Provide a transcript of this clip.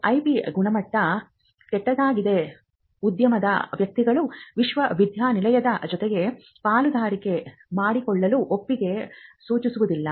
IP ಗುಣಮಟ್ಟ ಕೆಟ್ಟದಾಗಿದ್ದರೆ ಉದ್ಯಮದ ವ್ಯಕ್ತಿಗಳು ವಿಶ್ವವಿದ್ಯಾನಿಲಯದ ಜೊತೆಗೆ ಪಾಲುದಾರಿಕೆ ಮಾಡಿಕೊಳ್ಳಲು ಒಪ್ಪಿಗೆ ಸೂಚಿಸುವುದಿಲ್ಲ